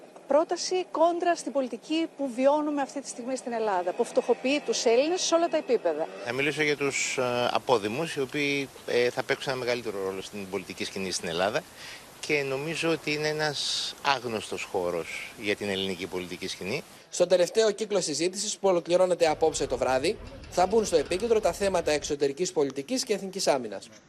Πρόταση κόντρα στην πολιτική που βιώνουμε αυτή τη στιγμή στην Ελλάδα, που φτωχοποιεί τους Έλληνες σε όλα τα επίπεδα. Θα μιλήσω για τους, ε, απόδημους, οι οποίοι, ε, θα παίξουν ένα μεγαλύτερο ρόλο στην πολιτική σκηνή στην Ελλάδα. Και νομίζω ότι είναι ένας άγνωστος χώρος για την ελληνική πολιτική σκηνή. Στον τελευταίο κύκλο συζήτησης, που ολοκληρώνεται απόψε το βράδυ, θα μπουν στο επίκεντρο τα θέματα εξωτερικής πολιτικής και εθνικής άμυνας.